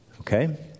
Okay